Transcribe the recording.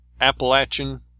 Appalachian